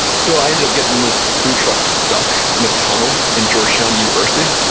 so i ended up getting this food truck stuck in a tunnel in georgetown university,